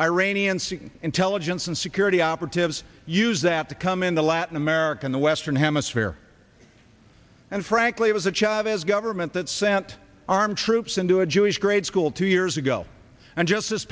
iranian sting intelligence and security operatives use that to come in the latin american the western hemisphere and frankly it was a chavez government that sent armed troops into a jewish grade school two years ago and just this